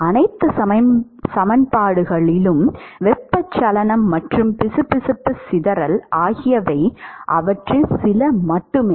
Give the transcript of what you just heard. அனைத்து சமன்பாடுகளிலும் வெப்பச்சலனம் மற்றும் பிசுபிசுப்பு சிதறல் ஆகியவை அவற்றில் சில மட்டுமே